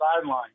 sideline